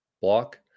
block